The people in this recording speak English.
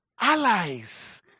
allies